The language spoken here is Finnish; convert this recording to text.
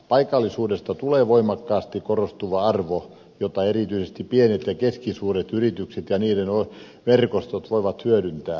paikallisuudesta tulee voimakkaasti korostuva arvo jota erityisesti pienet ja keskisuuret yritykset ja niiden verkostot voivat hyödyntää